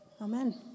Amen